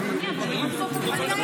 איפה?